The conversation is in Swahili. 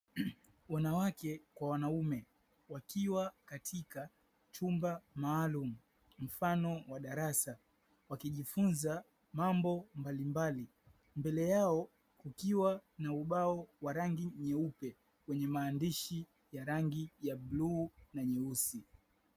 Wanawake kwa wanaume wakiwa katika chumba maalumu mfano wa darasa wakijifunza mambo mbalimbali, mbele yao kukiwa na ubao wa rangi nyeupe wenye maandishi ya rangi ya bluu na nyeusi.